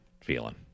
feeling